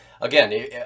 Again